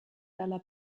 dalla